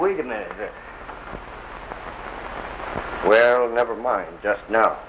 wait a minute well never mind just now